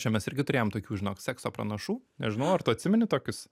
čia mes irgi turėjom tokių žinok sekso pranašų nežinau ar tu atsimeni tokius